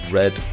red